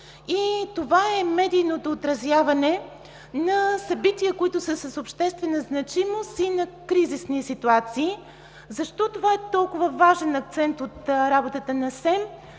Това е медийното отразяване на събития, които са с обществена значимост, и на кризисни ситуации. Защо това е толкова важен акцент от работата на СЕМ?